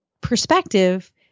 perspective